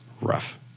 rough